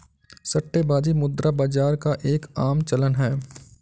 सट्टेबाजी मुद्रा बाजार का एक आम चलन है